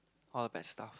all the bad stuff